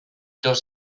dos